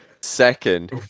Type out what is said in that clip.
second